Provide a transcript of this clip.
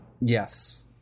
Yes